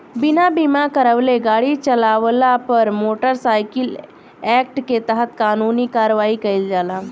बिना बीमा करावले गाड़ी चालावला पर मोटर साइकिल एक्ट के तहत कानूनी कार्रवाई कईल जाला